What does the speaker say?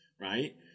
Right